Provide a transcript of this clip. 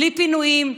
בלי פינויים,